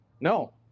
No